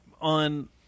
On